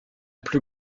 plus